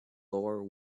door